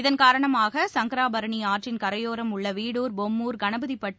இதன்காரணமாக சங்கராபரணிஆற்றின் கரையோரம் உள்ளவீடூர் பொம்பூர் கணபதிப்பட்டு